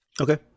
Okay